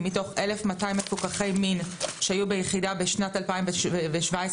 כי מתוך 1,200 מפוקחי מין שהיו ביחידה בשנת 2017,